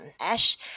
Ash